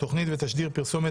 תכנית ותשדיר פרסומת),